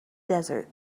desert